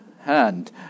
hand